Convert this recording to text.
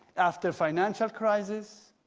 after financial crisis,